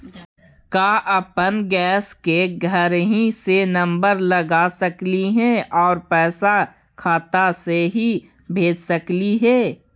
का अपन गैस के घरही से नम्बर लगा सकली हे और पैसा खाता से ही भेज सकली हे?